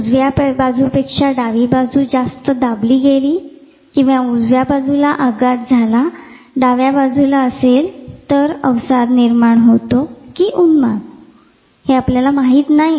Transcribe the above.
उजव्या बाजूपेक्षा डावी बाजू दाबली गेली किंवा उजव्या बाजूला आघात झाला डाव्या बाजूला असेल तर अवसाद निर्माण होतो कि उन्माद आपल्याला माहित नाही